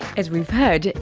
as we've heard,